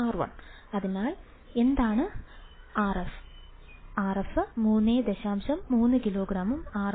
അതിനാൽ എന്താണ് Rf 3